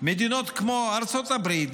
מדינות כמו ארצות הברית,